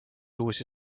uusi